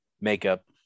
Makeup